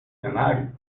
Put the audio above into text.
cenário